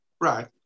right